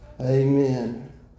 Amen